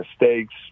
mistakes